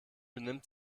benimmt